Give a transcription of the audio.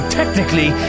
technically